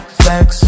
flex